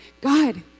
God